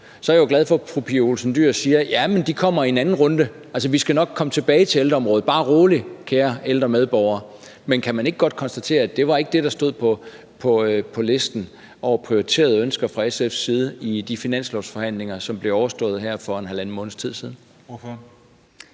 Så er jeg jo glad for, at fru Pia Olsen Dyhr siger: Ja, men de kommer i en anden runde, vi skal nok komme tilbage til ældreområdet, bare rolig, kære ældre medborgere. Men kan man ikke godt konstatere, at det ikke var det, der stod på listen over prioriterede ønsker fra SF's side i de finanslovsforhandlinger, som blev overstået her for halvanden måneds tid siden? Kl.